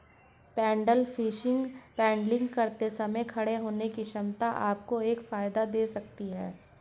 pedal fishing paddling करते समय खड़े होने की क्षमता आपको एक फायदा दे सकती है